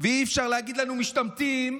ואי-אפשר להגיד לנו "משתמטים",